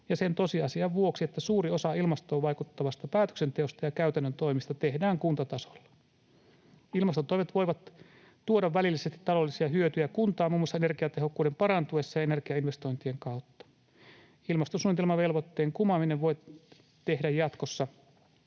ja sen tosiasian vuoksi, että suuri osa ilmastoon vaikuttavasta päätöksenteosta ja käytännön toimista tehdään kuntatasolla. Ilmastotoimet voivat tuoda välillisesti taloudellisia hyötyjä kuntaan muun muassa energiatehokkuuden parantuessa ja energiainvestointien kautta. Ilmastosuunnitelmavelvoitteen kumoaminen voi tehdä jatkossa